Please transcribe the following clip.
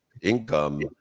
income